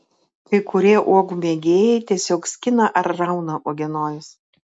kai kurie uogų mėgėjai tiesiog skina ar rauna uogienojus